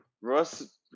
Russ